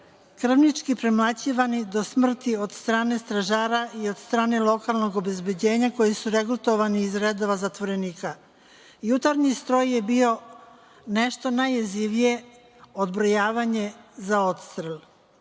krvnički premlaćivani do smrti od strane stražara i od strane lokalnog obezbeđenja koji su regrutovani iz redova zatvorenika. Jutarnji stroj je bio nešto najjezivije, odbrojavanje za odstrel.